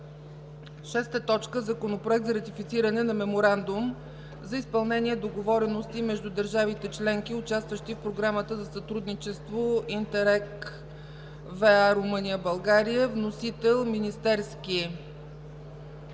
6. Законопроект за ратифициране на Меморандум за изпълнение – договорености между държавите членки, участващи в програмата за сътрудничество „ИНТЕРРЕГ V-А Румъния – България”. Вносител – Министерският